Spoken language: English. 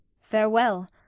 Farewell